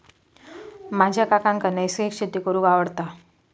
माझ्या काकांका नैसर्गिक शेती करूंक आवडता